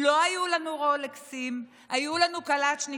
לא היה לנו רולקסים, היו לנו קלצ'ניקובים,